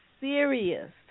serious